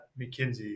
McKinsey